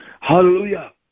Hallelujah